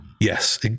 Yes